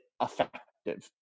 effective